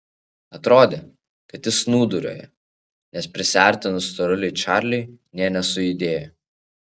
atrodė kad jis snūduriuoja nes prisiartinus storuliui čarliui nė nesujudėjo